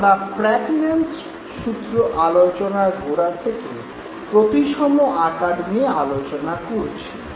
আমরা প্র্যাগন্যানজ সূত্র আলোচনার গোড়া থেকে প্রতিসম আকার নিয়ে আলোচনা করছি